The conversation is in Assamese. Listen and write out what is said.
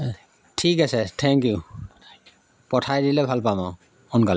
ঠিক আছে থেংক ইউ পঠাই দিলে ভাল পাম আৰু সোনকালে